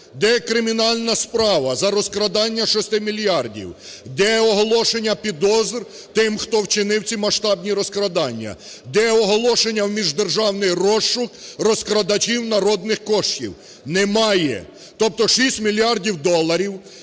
Де кримінальна справа за розкрадання 6 мільярдів? Де оголошення підозр тим, хто вчинив ці масштабні розкрадання? Де оголошення в міждержавний розшук розкрадачів народних коштів? Немає. Тобто 6 мільярдів доларів